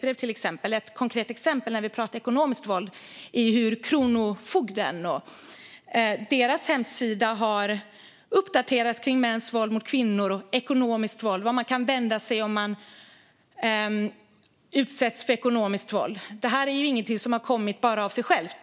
Ett konkret exempel, när vi pratar om ekonomiskt våld, är hur Kronofogdens hemsida har uppdaterats kring mäns våld mot kvinnor och ekonomiskt våld och om vart man kan vända sig om man utsätts för ekonomiskt våld. Detta är inget som har kommit av sig självt.